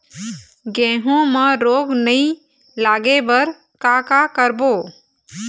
गेहूं म रोग नई लागे बर का का करबो?